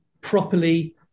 properly